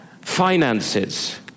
finances